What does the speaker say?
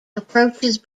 approaches